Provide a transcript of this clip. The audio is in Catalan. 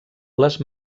les